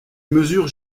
mesurent